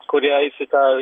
kurie eis į tą